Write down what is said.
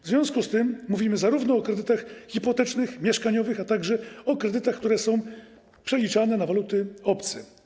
W związku z tym mówimy o kredytach hipotecznych, mieszkaniowych, a także o kredytach, które są przeliczane na waluty obce.